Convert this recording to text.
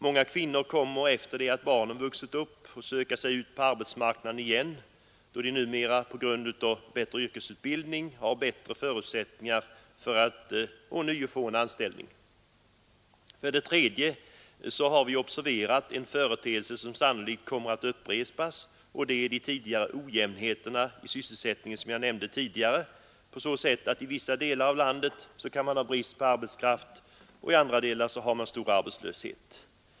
Många kvinnor kommer efter det att barnen vuxit upp att söka sig ut på arbetsmarknaden igen, då de numera på grund av en bättre yrkesutbildning har större förutsättningar att ånyo få anställning. För det tredje har vi observerat en företeelse som sannolikt kommer att upprepas, och det är de ojämnheter i sysselsättningen som jag tidigare nämnt och som tagit sig uttryck i att vissa delar av landet kan ha brist på arbetskraft medan andra har stor arbetslöshet.